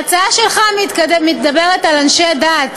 ההצעה שלך מדברת על אנשי דת.